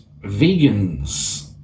vegans